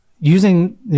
using